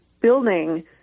building